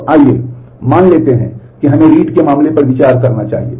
तो आइए मान लेते हैं कि हमें read के मामले पर विचार करना चाहिए